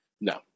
No